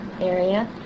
area